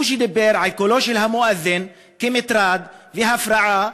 הוא שדיבר על קולו של המואזין כמטרד והפרעה,